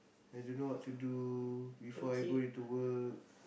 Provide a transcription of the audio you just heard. I don't know what to do before I go into work